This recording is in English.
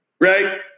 right